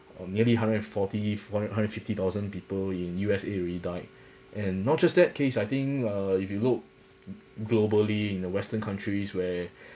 of nearly hundred and forty f~ one hundred fifty thousand people in U_S_A already died and not just that case I think uh if you look globally in the western countries where